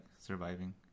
surviving